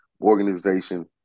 organization